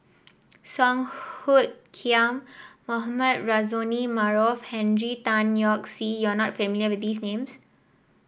Song Hoot Kiam Mohamed Rozani Maarof Henry Tan Yoke See you are not familiar with these names